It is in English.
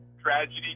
tragedy